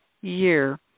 Year